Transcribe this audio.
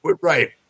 Right